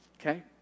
Okay